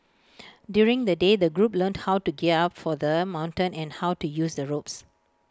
during the day the group learnt how to gear up for the mountain and how to use the ropes